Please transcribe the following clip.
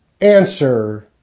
Answer